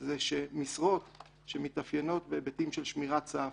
היא שמשרות שמתאפיינות בהיבטים של שמירת סף,